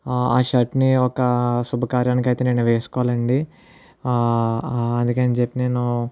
ఆ షర్ట్ ని ఒక శుభకార్యానికి అయితే నేను వేసుకోవాలండి అందుకని చెప్పి నేను